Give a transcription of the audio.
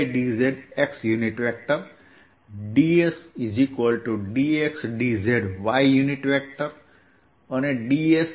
તો મેં અહીં સપાટી ક્ષેત્રફળ એલિમેન્ટને વ્યાખ્યાયિત કરેલા છે